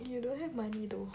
you don't have money though